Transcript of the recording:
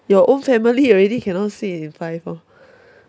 your own family already cannot sit in five orh